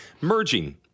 merging